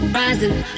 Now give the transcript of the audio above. rising